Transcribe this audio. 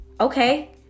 Okay